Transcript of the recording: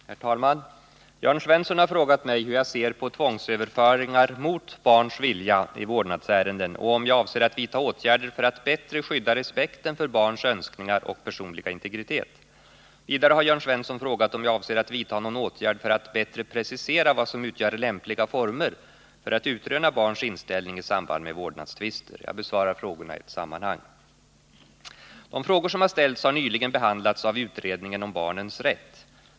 Herr talman! Jörn Svensson har frågat mig hur jag ser på tvångsöverföringar mot barns vilja i vårdnadsärenden och om jag avser att vidta åtgärder för att bättre skydda respekten för barns önskningar och personliga integritet. Vidare har Jörn Svensson frågat om jag avser att vidta någon åtgärd för att bättre precisera vad som utgör lämpliga former för att utröna barns inställning i samband med vårdnadstvister. Jag besvarar frågorna i ett sammanhang. De frågor som har ställts har nyligen behandlats av utredningen om barnens rätt.